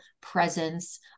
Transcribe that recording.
presence